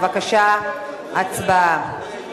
בבקשה, הצבעה.